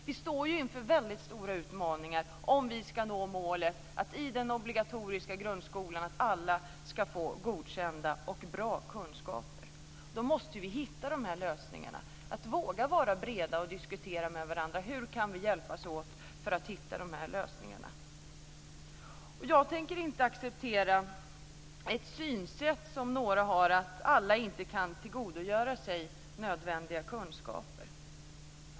Vi står ju inför väldigt stora utmaningar om vi ska nå målet att alla i den obligatoriska grundskolan ska få godkända och bra kunskaper. Då måste vi hitta lösningarna och våga vara breda och diskutera med varandra om hur vi kan hjälpas åt för att hitta lösningarna. Jag tänker inte acceptera det synsätt som några har, att alla inte kan tillgodogöra sig nödvändiga kunskaper.